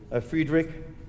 Friedrich